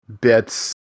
bits